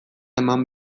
eman